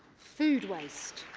food waste,